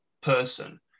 person